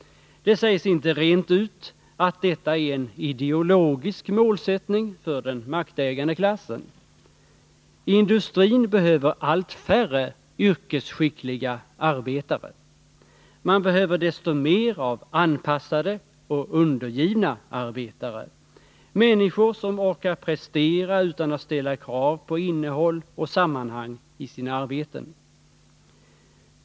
Det sägs inte rent ut att detta är en ideologisk målsättning för den maktägande klassen. Industrin behöver allt färre yrkesskickliga arbetare. Man behöver desto mer av anpassade och undergivna arbetare, människor som orkar prestera utan att ställa krav på innehåll och sammanhang i sina arbeten.